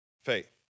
faith